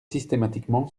systématiquement